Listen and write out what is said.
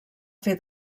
fer